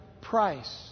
price